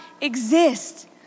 exist